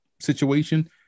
situation